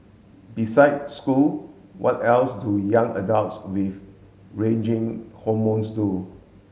beside school what else do young adults with raging hormones do